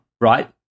right